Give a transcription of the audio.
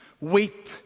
Weep